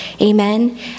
Amen